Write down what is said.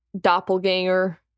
Doppelganger